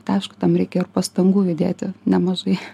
tai aišku tam reikia ir pastangų įdėti nemažai